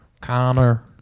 Connor